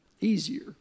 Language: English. easier